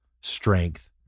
strength